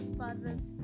fathers